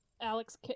Alex